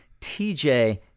TJ